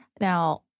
Now